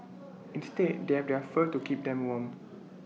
instead they have their fur to keep them warm